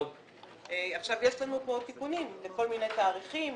יש לנו כאן תיקונים לכל מיני תאריכים.